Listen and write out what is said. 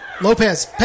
Lopez